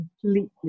completely